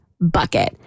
bucket